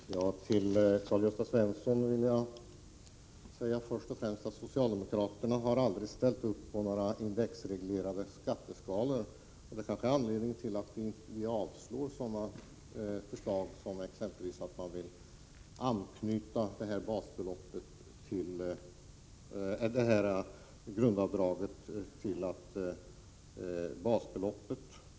Fru talman! Till Karl-Gösta Svenson vill jag först och främst säga att socialdemokraterna aldrig har ställt upp på förslag om indexreglerade skatteskalor. Det är kanske anledningen till att vi avstyrker exempelvis förslag som innebär att man vill anknyta grundavdraget till 12 basbelopp.